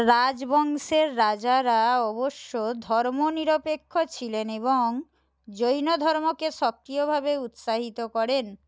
রাজবংশের রাজারা অবশ্য ধর্মনিরপেক্ষ ছিলেন এবং জৈন ধর্মকে সক্রিয়ভাবে উৎসাহিত করেন